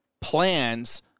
plans